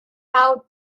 how